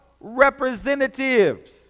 representatives